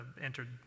entered